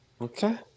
Okay